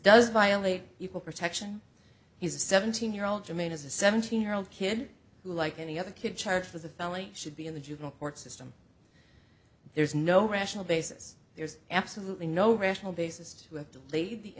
does violate equal protection he's a seventeen year old to me as a seventeen year old kid who like any other kid charged with a family should be in the juvenile court system there is no rational basis there's absolutely no rational basis to have delayed the